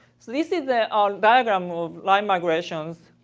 so this is the ah diagram of live migrations.